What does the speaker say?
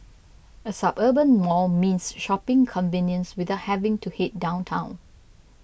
a suburban mall means shopping convenience without having to head downtown